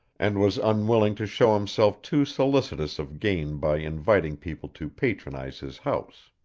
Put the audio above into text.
and was unwilling to show himself too solicitous of gain by inviting people to patronize his house.